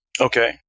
Okay